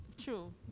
True